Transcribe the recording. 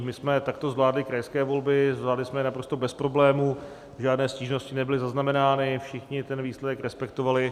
My jsme takto zvládli krajské volby, zvládli jsme je naprosto bez problémů, žádné stížnosti nebyly zaznamenány, všichni ten výsledek respektovali.